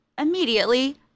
immediately